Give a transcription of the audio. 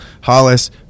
Hollis